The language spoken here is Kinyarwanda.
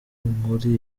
muri